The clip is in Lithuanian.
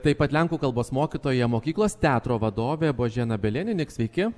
taip pat lenkų kalbos mokytoja mokyklos teatro vadovė božena bieleninik sveiki